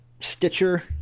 Stitcher